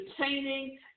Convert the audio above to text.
entertaining